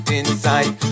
inside